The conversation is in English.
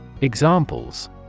Examples